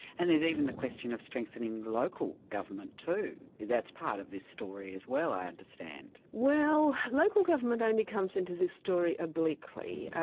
and there's even the question of strengthening the local government too, that's part of this story as well, i understand? well, local government only comes into this story obliquely,